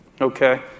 okay